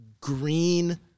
green